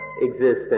existence